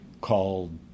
called